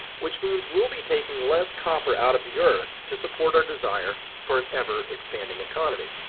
which means we'll be taking less copper out of the earth to support our desire for an ever expanding economy.